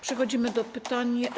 Przechodzimy do pytań.